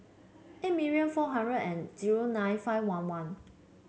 eight million four hundred and zero nine five one one